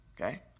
Okay